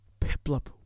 Piplup